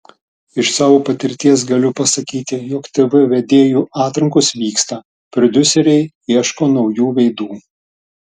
iš savo patirties galiu pasakyti jog tv vedėjų atrankos vyksta prodiuseriai ieško naujų veidų